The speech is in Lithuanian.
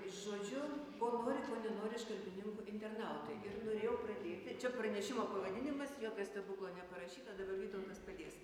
žodžiu ko nori ko nenori iš kalbininkų internautai ir norėjau pradėti čia pranešimo pavadinimas jokio stebuklo neparašyta dabar vytautas padės